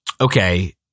okay